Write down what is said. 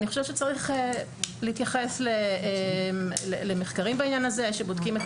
אני חושבת שצריך להתייחס למחקרים בעניין הזה שבודקים.